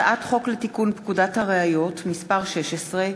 הצעת חוק לתיקון פקודת הראיות (מס' 16)